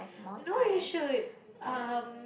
no you should um